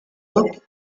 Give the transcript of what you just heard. hoc